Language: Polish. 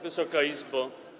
Wysoka Izbo!